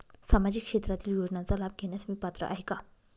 सामाजिक क्षेत्रातील योजनांचा लाभ घेण्यास मी पात्र आहे का?